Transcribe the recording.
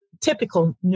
typical